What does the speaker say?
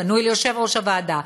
פנו אל יושב-ראש הוועדה,